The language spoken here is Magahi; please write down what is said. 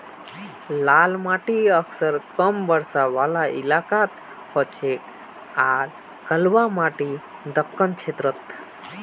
लाल माटी अक्सर कम बरसा वाला इलाकात हछेक आर कलवा माटी दक्कण क्षेत्रत